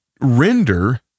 render